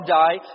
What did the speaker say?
die